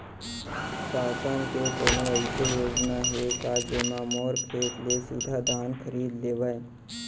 शासन के कोनो अइसे योजना हे का, जेमा मोर खेत ले सीधा धान खरीद लेवय?